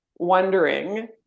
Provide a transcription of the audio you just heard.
wondering